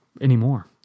anymore